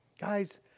Guys